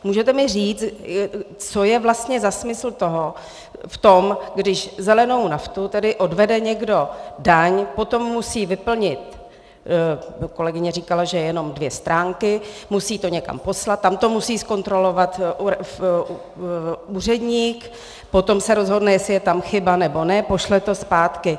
Můžete mi říct, co je vlastně za smysl v tom, když zelenou naftu tedy odvede někdo daň, potom musí vyplnit, kolegyně říkala, že jenom dvě stránky, musí to někam poslat, tam to musí zkontrolovat úředník, potom se rozhodne, jestli je tam chyba, nebo ne, pošle to zpátky.